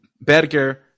Berger